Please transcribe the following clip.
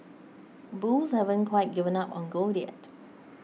bulls haven't quite given up on gold yet